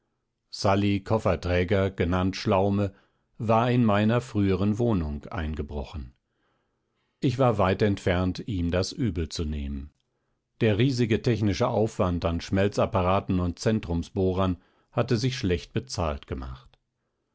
sally kofferträger genannt schlaume war in meiner früheren wohnung eingebrochen ich war weit entfernt ihm das übelzunehmen der riesige technische aufwand an schmelzapparaten und zentrumsbohrern hatte sich schlecht bezahlt gemacht